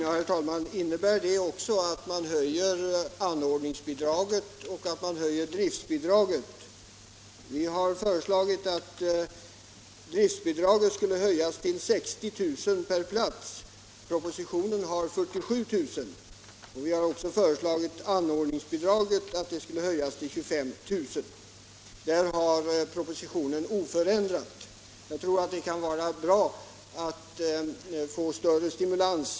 Herr talman! Innebär detta också att man höjer anordningsbidraget och driftbidraget? Vi har föreslagit att driftbidraget skulle höjas till 60 000 kr. per vårdplats. Propositionen föreslår 47 000 kr. Vi har också föreslagit att anordningsbidraget skulle höjas till 25 000 kr. ; där har propositionen ett oförändrat belopp. Jag tror att det skulle vara bra att ge kommunerna större stimulans.